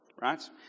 Right